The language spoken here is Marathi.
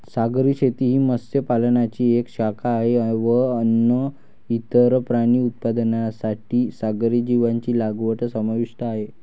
सागरी शेती ही मत्स्य पालनाची एक शाखा आहे व अन्न, इतर प्राणी उत्पादनांसाठी सागरी जीवांची लागवड समाविष्ट आहे